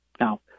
Now